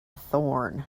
thorn